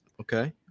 okay